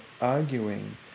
arguing